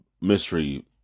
mystery